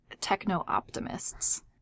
techno-optimists